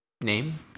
name